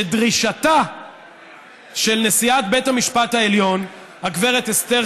שדרישתה של נשיאת בית המשפט העליון הגברת אסתר